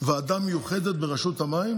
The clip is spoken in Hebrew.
ועדה מיוחדת ברשות המים